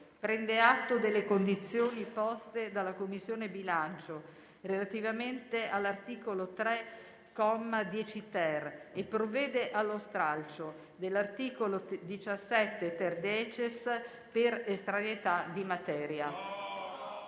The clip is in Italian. Prende atto delle condizioni poste dalla Commissione bilancio relativamente all'articolo 3, comma 10-*ter*, e provvede allo stralcio dell'articolo 17-*terdecies* per estraneità di materia.